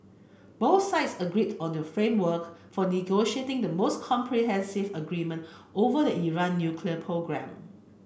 both sides agreed on the framework for negotiating the most comprehensive agreement over the Iran nuclear programme